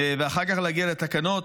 ואחר כך להגיע לתקנות,